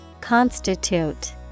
Constitute